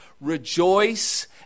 Rejoice